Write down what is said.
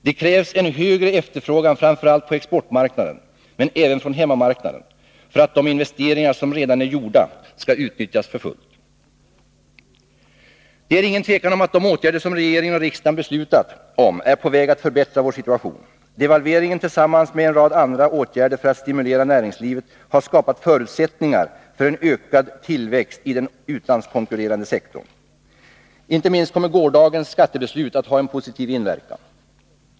Det krävs en högre efterfrågan, framför allt från exportmarknaden men även från hemmamarknaden, för att de investeringar som redan är gjorda skall utnyttjas för fullt. Det är inget tvivel om att de åtgärder som regeringen och riksdagen beslutat om är på väg att förbättra vår situation. Devalveringen tillsammans med en rad andra åtgärder för att stimulera näringslivet har skapat förutsättningar för en ökad tillväxt i den utlandskonkurrerande sektorn. Inte minst kommer gårdagens skattebeslut att ha en positiv inverkan.